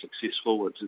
successful